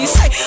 Say